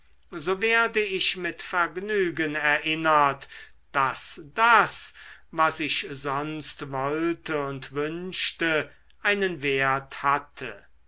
so werde ich mit vergnügen erinnert daß das was ich sonst wollte und wünschte einen wert hatte